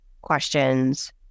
questions